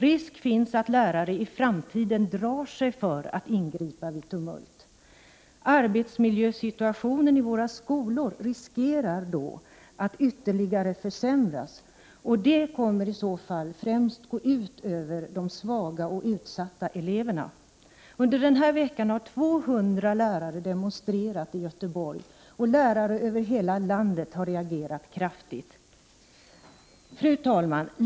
Risk finns att lärare i framtiden drar sig för att ingripa vid tumult. Arbetsmiljösituationen i våra skolor riskerar då att ytterligare försämras. Det kommer i så fall att främst gå ut över de svaga och utsatta eleverna. Under denna vecka har 200 lärare i Göteborg demonstrerat, och lärare över hela landet har reagerat kraftigt. Fru talman!